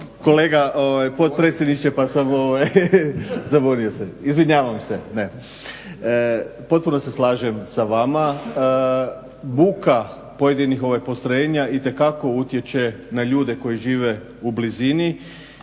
kolega potpredsjedniče pa sam ovaj zabunio se. Izvinjavam se. Potpuno se slažem sa vama, buka pojedinih postrojenja itekako utječe na ljude koji žive u blizini